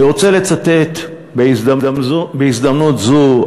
אני רוצה לצטט בהזדמנות זו,